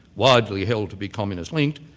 widely held to be communist-linked,